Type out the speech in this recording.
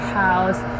house